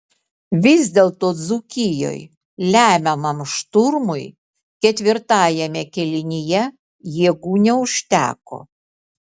vis dėlto dzūkijai lemiamam šturmui ketvirtajame kėlinyje jėgų neužteko